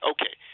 Okay